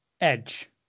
Edge